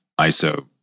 ISO